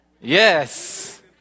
Yes